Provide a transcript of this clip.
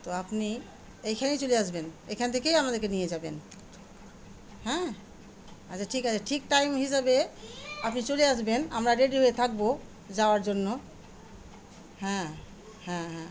তো আপনি এইখানেই চলে আসবেন এখান থেকেই আমাদেরকে নিয়ে যাবেন হ্যাঁ আচ্ছা ঠিক আছে ঠিক টাইম হিসাবে আপনি চলে আসবেন আমরা রেডি হয়ে থাকব যাওয়ার জন্য হ্যাঁ হ্যাঁ হ্যাঁ